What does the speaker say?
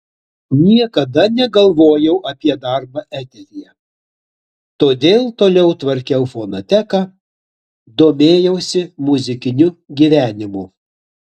niekada negalvojau apie darbą eteryje todėl toliau tvarkiau fonoteką domėjausi muzikiniu gyvenimu